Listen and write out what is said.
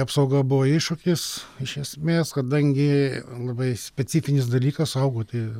apsauga buvo iššūkis iš esmės kadangi labai specifinis dalykas saugoti